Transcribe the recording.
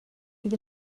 bydd